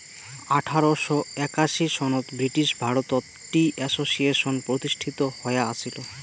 আঠারোশ একাশি সনত ব্রিটিশ ভারতত টি অ্যাসোসিয়েশন প্রতিষ্ঠিত হয়া আছিল